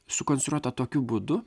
sukonstruota tokiu būdu